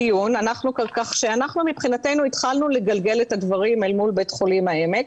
כך שאנחנו מבחינתנו התחלנו לגלגל את הדברים אל מול בית החולים העמק,